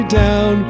down